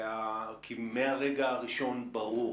ומהרגע הראשון ברור